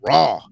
Raw